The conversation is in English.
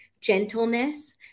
gentleness